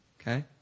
okay